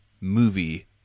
movie